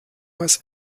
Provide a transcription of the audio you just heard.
weiss